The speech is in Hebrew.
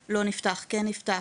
נפתח, כן נפתח,